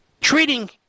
Treating